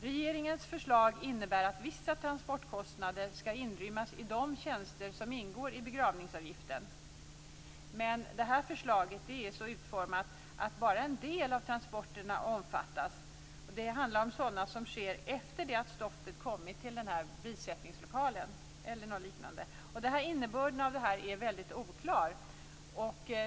Regeringens förslag innebär att vissa transportkostnader skall inrymmas i de tjänster som ingår i begravningsavgiften. Men det här förslaget är så utformat att bara en del av transporterna omfattas. Det handlar om sådana transporter som sker efter det att stoftet kommit till bisättningslokalen eller liknande. Innebörden av det här är väldigt oklar.